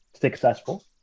Successful